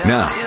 Now